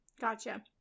gotcha